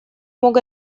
мог